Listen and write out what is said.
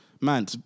man